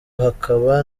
hakaba